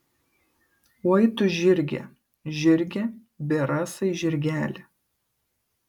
oi tu žirge žirge bėrasai žirgeli